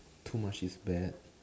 too much is bad